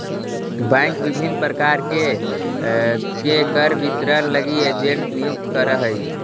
bank विभिन्न प्रकार के कर वितरण लगी एजेंट नियुक्त करऽ हइ